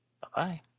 Bye-bye